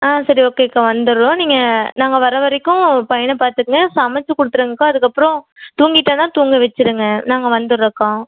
ஆ சரி ஓகேக்கா வந்துடுறோம் நீங்கள் நாங்கள் வர்ற வரைக்கும் பையனை பார்த்துக்கோங்க சமைச்சி கொடுத்துருங்கக்கா அதுக்கப்புறம் தூங்கிட்டானா தூங்க வச்சுருங்க நாங்கள் வந்துடுறோம்க்கா